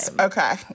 Okay